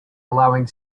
allowing